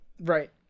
Right